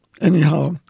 Anyhow